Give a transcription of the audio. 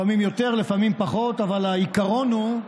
לפעמים יותר, לפעמים פחות, אבל העיקרון הוא: